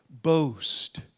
boast